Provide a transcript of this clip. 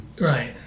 Right